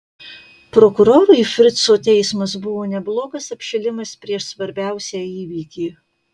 prokurorui frico teismas buvo neblogas apšilimas prieš svarbiausią įvykį